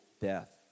death